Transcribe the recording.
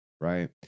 right